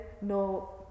no